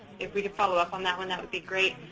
if we could follow up on that one that would be great.